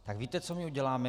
Tak víte, co my uděláme?